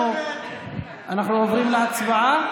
אנחנו עוברים להצבעה.